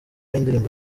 yindirimbo